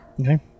Okay